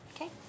Okay